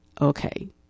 okay